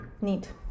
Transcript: NEAT